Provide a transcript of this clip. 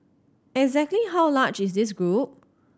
exactly how large is this group